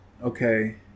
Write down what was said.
okay